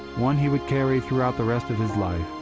one he would carry throughout the rest of his life.